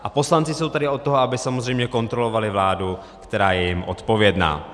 A poslanci jsou tady od toho, aby samozřejmě kontrolovali vládu, která je jim odpovědná.